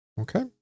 Okay